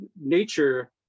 nature